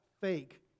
fake